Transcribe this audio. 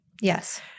Yes